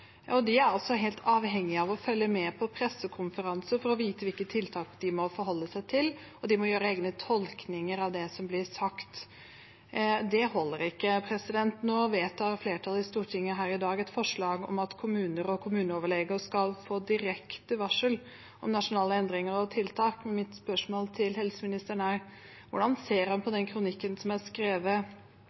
De er helt avhengige av å følge med på pressekonferanser for å vite hvilke tiltak de må forholde seg til, og de må gjøre egne tolkninger av det som blir sagt. Det holder ikke. Nå vedtar flertallet i Stortinget her i dag et forslag om at kommuner og kommuneoverleger skal få direkte varsel om nasjonale endringer og tiltak. Mitt spørsmål til helseministeren er: Hvordan ser han på den kronikken som er skrevet,